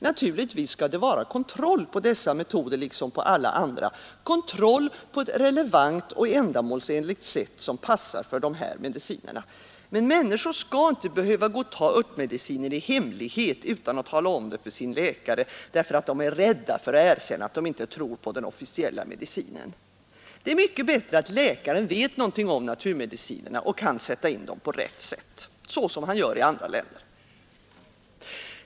Naturligtvis skall det vara kontroll på dessa metoder liksom på alla andra, kontroll på ett relevant och ändamålsenligt sätt, som passar för de här medicinerna. Men människor skall inte behöva gå och ta örtmediciner i hemlighet utan att tala om det för sin läkare, därför att de är rädda för att erkänna att de inte tror på den officiella medicinen. Det är mycket bättre att läkaren vet någonting om naturmedicinerna och kan sätta in dem på rätt sätt, så som han gör i andra länder.